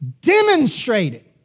demonstrated